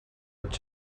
pot